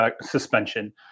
suspension